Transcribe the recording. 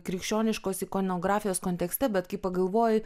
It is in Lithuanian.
krikščioniškos ikonografijos kontekste bet kai pagalvoji